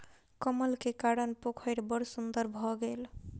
कमल के कारण पोखैर बड़ सुन्दर भअ गेल